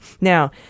Now